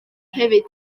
hefyd